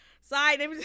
Sorry